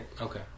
Okay